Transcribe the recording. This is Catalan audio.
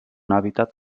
hàbitat